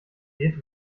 geht